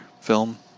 film